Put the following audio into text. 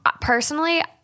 personally